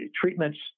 treatments